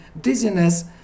dizziness